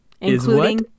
Including